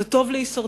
זה טוב להישרדות.